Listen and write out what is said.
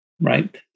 right